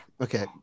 okay